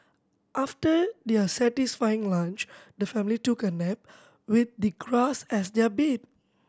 after their satisfying lunch the family took a nap with the grass as their bed